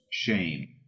shame